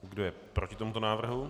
Kdo je proti tomuto návrhu?